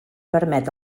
permet